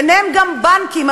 ביניהם גם בנקים,